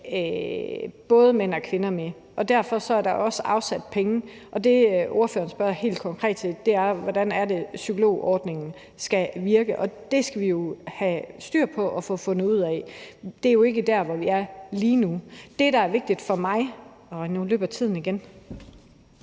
både mænd og kvinder med, og derfor er der også afsat penge. Det, som ordføreren helt konkret spørger til, er jo, hvordan det er, psykologordningen skal virke, og det skal vi jo have styr på og få fundet ud af. Det er jo ikke der, hvor vi er lige nu. Det, der er vigtigt for mig ... og nu løber tiden igen.